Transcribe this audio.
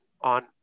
on